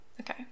Okay